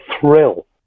thrill